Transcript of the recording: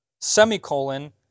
semicolon